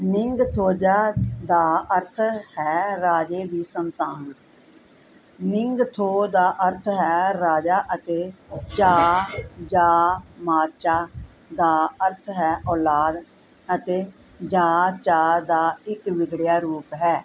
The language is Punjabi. ਨਿੰਗਥੋਜਾ ਦਾ ਅਰਥ ਹੈ ਰਾਜੇ ਦੀ ਸੰਤਾਨ ਨਿੰਗਥੋ ਦਾ ਅਰਥ ਹੈ ਰਾਜਾ ਅਤੇ ਚਾ ਜਾਂ ਮਾਚਾ ਦਾ ਅਰਥ ਹੈ ਔਲਾਦ ਅਤੇ ਜਾ ਚਾ ਦਾ ਇੱਕ ਵਿਗੜਿਆ ਰੂਪ ਹੈ